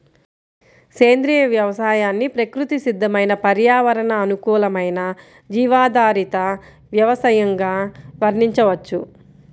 సేంద్రియ వ్యవసాయాన్ని ప్రకృతి సిద్దమైన పర్యావరణ అనుకూలమైన జీవాధారిత వ్యవసయంగా వర్ణించవచ్చు